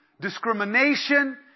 discrimination